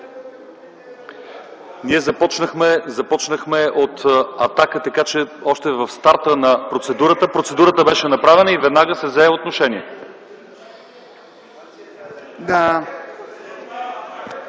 Ние започнахме от „Атака”, така че още в старта на процедурата тя беше направена и веднага се взе отношение.